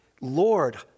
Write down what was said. Lord